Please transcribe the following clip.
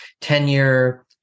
tenure